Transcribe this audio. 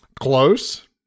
Close